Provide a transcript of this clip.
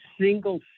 single